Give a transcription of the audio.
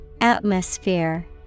Atmosphere